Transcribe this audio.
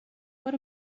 what